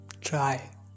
try